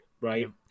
right